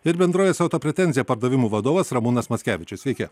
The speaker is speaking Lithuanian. it bendrovės autopretenzija pardavimų vadovas ramūnas mackevičius sveiki